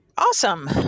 Awesome